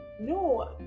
no